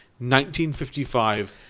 1955